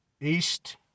east